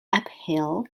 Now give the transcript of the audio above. upheld